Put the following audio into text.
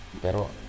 Pero